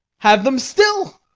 have them still.